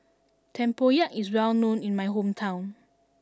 Tempoyak is well known in my hometown